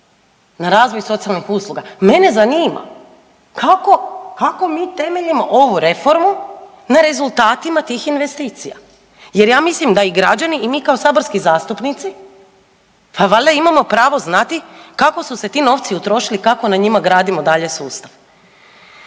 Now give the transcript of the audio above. na razvoj socijalnih usluga, mene zanima kako mi temeljimo ovu reformu na rezultatima tih investicija jer ja mislim da građani i mi kao saborski zastupnici pa valjda imamo pravo znati kako su se ti novci utrošili, kako na njima gradimo dalje sustav.